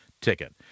ticket